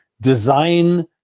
design